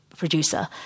producer